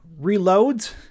reloads